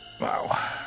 Wow